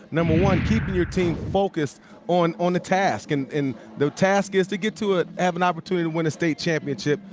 number one, keeping your team focused on on the task. and the task is to get to it, have an opportunity to win a state championship.